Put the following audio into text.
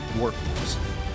workforce